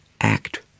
act